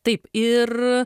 taip ir